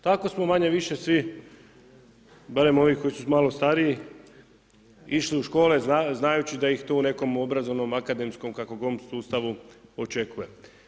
Tako smo manje-više svi, barem ovi koji su malo stariji, išli u škole znajući da ih to u nekom obrazovnom, akademskom, kakvom god sustavu očekuje.